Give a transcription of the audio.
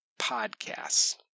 podcasts